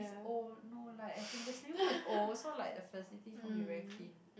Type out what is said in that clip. is old no like as in the swimming pool is old so like the facilities won't be very clean